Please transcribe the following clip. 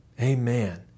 Amen